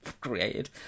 created